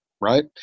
right